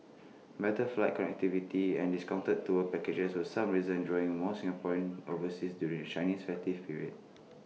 better flight connectivity and discounted tour packages were some reasons drawing more Singaporeans overseas during the Chinese festive period